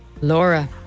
Laura